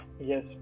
Yes